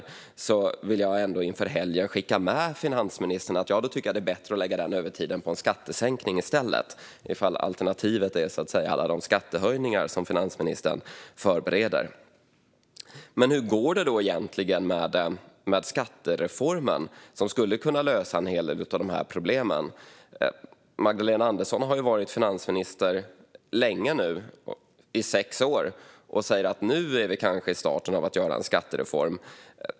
I så fall vill jag inför helgen skicka med finansministern att det är bättre att lägga övertiden på en skattesänkning, om alternativet skulle vara alla de skattehöjningar som finansministern förbereder. Hur går det egentligen med skattereformen, som skulle kunna lösa en hel del av problemen? Magdalena Andersson har varit finansminister länge, i sex år, och säger nu att vi kanske är i starten av att göra en skattereform.